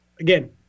Again